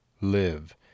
live